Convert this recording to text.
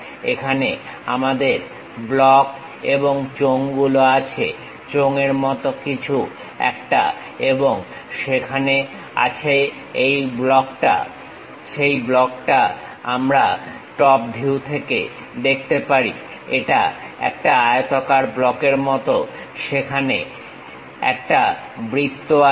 এখানে আমাদের ব্লক এবং চোঙ গুলো আছে চোঙের মত কিছু একটা এবং সেখানে আছে একটা ব্লক সেই ব্লকটা আমরা টপ ভিউতে দেখতে পারি এটা একটা আয়তাকার ব্লকের মতন সেখানে একটা বৃত্ত আছে